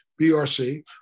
BRC